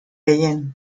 gehien